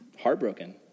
heartbroken